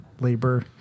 labor